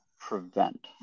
prevent